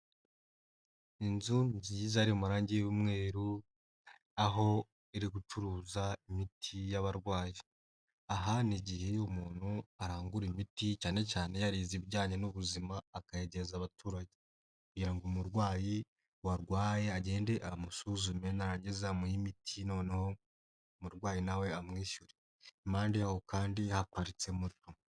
Inzu nziza iri mu marangi y'umweru, aho iri gucuruza imiti y'abarwayi, aha ni igihe umuntu arangura imiti cyane cyane yarize ibijyanye n'ubuzima, akayegereza abaturage kugira ngo umurwayi warwaye agende amusuzume, narangiza amuhe imiti noneho umurwayi na we amwishyure, impande yaho kandi haparitse moto.